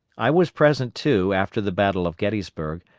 i was present, too, after the battle of gettysburg,